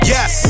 Yes